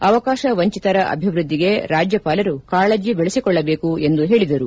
ಅವಕಾಶ ವಂಚಿತರ ಅಭಿವೃದ್ಧಿಗೆ ರಾಜ್ಯಪಾಲರು ಕಾಳಜಿ ಬೆಳಸಿಕೊಳ್ಳಬೇಕು ಎಂದು ಹೇಳಿದರು